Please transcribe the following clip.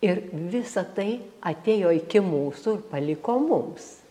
ir visa tai atėjo iki mūsų ir paliko mums